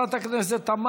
לצמצם את מספר